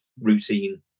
routine